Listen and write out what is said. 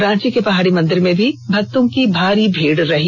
रांची के पहाड़ी मंदिर में भी भक्तों की भारी भीड़ रही